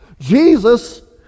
Jesus